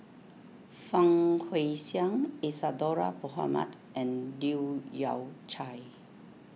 Fang Guixiang Isadhora Mohamed and Leu Yew Chye